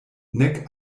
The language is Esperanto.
nek